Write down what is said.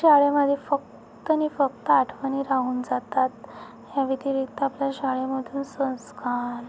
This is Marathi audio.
शाळेमध्ये फक्त नि फक्त आठवणी राहून जातात ह्या व्यतिरिक्त आपल्या शाळेमध्ये संस्कार